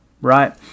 right